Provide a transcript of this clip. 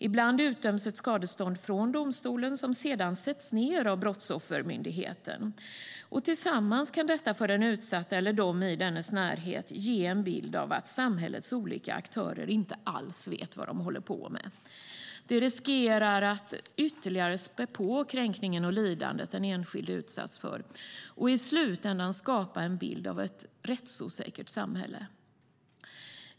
Ibland utdöms ett skadestånd från domstolen som sedan sätts ned av Brottsoffermyndigheten. Sammantaget kan detta ge den utsatta och personer i dennas närhet en bild av att samhällets olika aktörer inte vet vad de håller på med. Det riskerar att ytterligare späda på kränkningen och lidandet den enskilde utsatts för och i slutändan skapa en bild av ett rättsosäkert samhälle.